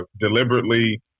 deliberately